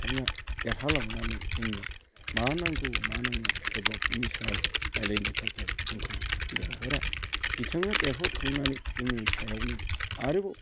बिथाङा देरहा लांनानै जोंनो मा नांगौ मा नाङा डेभेलपनि सायाव रायज्लायनो थाखाय जोंखौ लिंहरा बिथाङा देरहाखांनानै जोंनि सायावनो आरोबाव